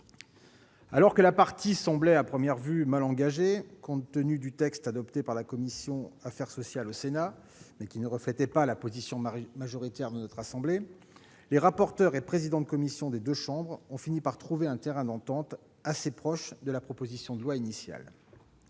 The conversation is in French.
Alors que la partie semblait, à première vue, mal engagée, compte tenu du texte adopté par la commission des affaires sociales du Sénat- qui ne reflétait pas la position majoritaire de notre assemblée -, les rapporteurs et présidents de commission des deux chambres ont fini par trouver un terrain d'entente, assez proche de la proposition de loi initiale.